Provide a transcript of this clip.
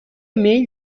میل